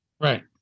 Right